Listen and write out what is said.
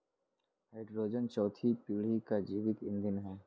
hydrogen चौथी पीढ़ी का जैविक ईंधन है